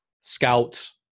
scouts